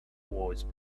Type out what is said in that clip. voice